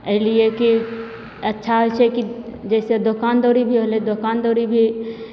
एहिलिए कि अच्छा होइ छै कि जइसे दोकान दौरी भी होलै दोकान दौरी भी